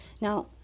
Now